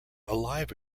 alive